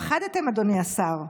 פחדתם, אדוני השר.